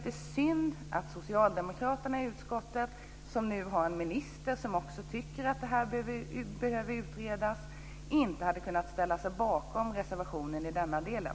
Det är synd att socialdemokraterna i utskottet som nu har en minister som tycker att detta behöver utredas inte har kunnat ställa sig bakom reservationen i den delen.